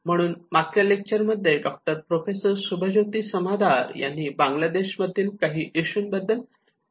म्हणून मागच्या लेक्चर मध्ये डॉक्टर प्रोफेसर शुभज्योती समादार यांनी बांगलादेशमध्ये काही इशू बद्दल चर्चा केली होती